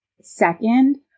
Second